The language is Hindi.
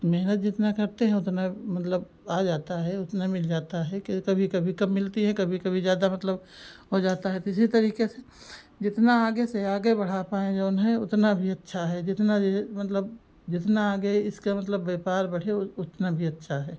मेहनत जितना करते हैं उतना मतलब आ जाता है उतना मिल जाता है कि कभी कभी कम मिलती हैं कभी कभी ज़्यादा मतलब हो जाता है तो इसी तरीके से जितना आगे से आगे बढ़ा पाएँ जऊन है उतना भी अच्छा है जितना जे मतलब जितना आगे इसका मतलब व्यापार बढ़े उतना भी अच्छा है